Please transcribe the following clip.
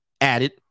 added